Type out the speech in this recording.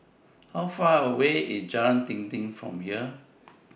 How Far away IS Jalan Dinding from here